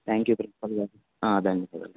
thank you ధన్యవాదాలు